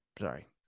Sorry